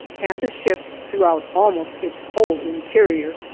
and the ship, throughout almost its whole interior,